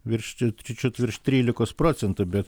virš čiut čiučiut virš trylikos procentų bet